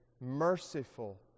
merciful